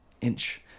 inch